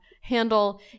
handle